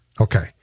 Okay